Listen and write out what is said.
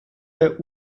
der